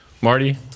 Marty